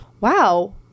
wow